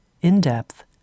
in-depth